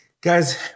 Guys